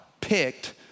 picked